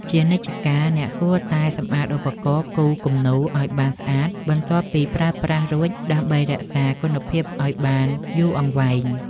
ជានិច្ចកាលអ្នកគួរតែសម្អាតឧបករណ៍គូរគំនូរឱ្យបានស្អាតបន្ទាប់ពីប្រើប្រាស់រួចដើម្បីរក្សាគុណភាពឱ្យបានយូរអង្វែង។